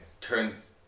turns